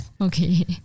Okay